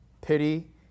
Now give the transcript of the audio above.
pity